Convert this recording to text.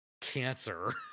cancer